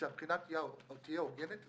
שהבחינה תהיה הוגנת והגונה.